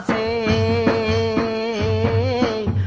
a